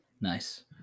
Nice